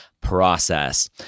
process